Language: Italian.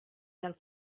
dal